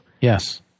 Yes